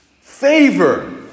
favor